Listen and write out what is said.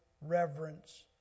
reverence